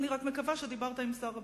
אני רק מקווה שדיברת עם שר הביטחון.